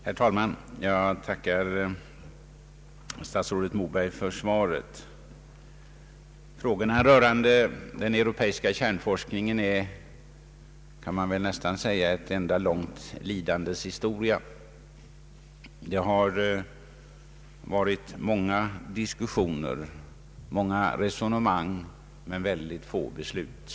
Herr talman! Jag tackar statsrådet Moberg för svaret på min interpellation. Den europeiska kärnforskningen är, kan man väl nästan säga, en enda lång lidandes historia, där det varit mycket av diskussion och resonemang men väldigt litet av beslut.